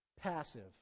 Passive